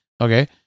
Okay